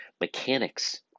mechanics